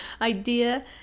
Idea